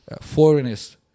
foreigners